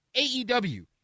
AEW